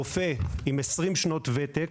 רופא עם 20 שנות וותק,